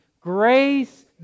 Grace